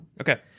Okay